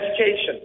Education